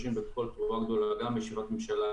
30" בקול תרועה גדולה גם בישיבת ממשלה,